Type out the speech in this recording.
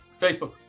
Facebook